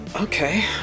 okay